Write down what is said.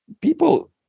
People